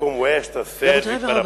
גבירותי ורבותי,